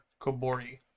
Kobori